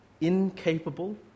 Incapable